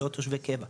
לא תושבי קבע,